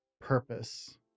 purpose